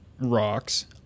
rocks